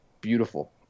beautiful